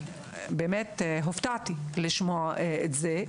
הופתעתי לשמוע את זה.